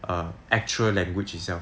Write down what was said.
err actual language itself